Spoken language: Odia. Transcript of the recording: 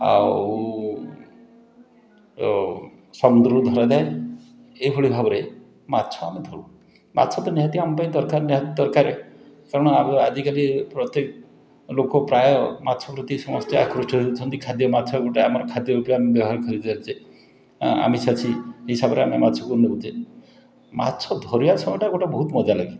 ଆଉ ଓ ସମୁଦ୍ରରୁ ଧରାଯାଏ ଏହିଭଳି ଭାବରେ ମାଛ ଆମେ ଧରୁ ମାଛ ତ ନିହାତି ଆମ ପାଇଁ ଦରକାର ନିହାତି ଦରକାର ତେଣୁ ଆଉ ଆଜିକାଲି ପ୍ରତ୍ୟେକ ଲୋକ ପ୍ରାୟ ମାଛ ପ୍ରତି ସମସ୍ତେ ଆକୃଷ୍ଟ ହେଉଛନ୍ତି ଖାଦ୍ୟ ମାଛ ଗୋଟେ ଆମର ଖାଦ୍ୟ ହେଉଥିବା ବ୍ୟବହାର କରାଯାଉଛି ଆମିଷ ଅଛି ସେଇ ହିସାବରେ ଆମେ ମାଛକୁ ନଉଛେ ମାଛ ଧରିବା ସମୟଟା ଗୋଟେ ବହୁତ ମଜା ଲାଗେ